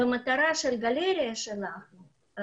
מטרת הגלריה שלנו היא